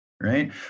right